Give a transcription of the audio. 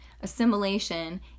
assimilation